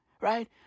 right